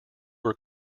were